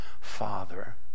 Father